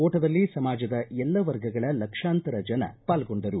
ಓಟದಲ್ಲಿ ಸಮಾಜದ ಎಲ್ಲ ವರ್ಗಗಳ ಲಕ್ಷಾಂತರ ಜನ ಪಾಲ್ಗೊಂಡರು